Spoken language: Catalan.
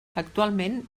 actualment